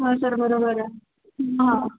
हा सर बरोबर आहे हां